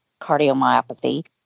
cardiomyopathy